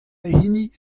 hini